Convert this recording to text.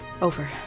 Over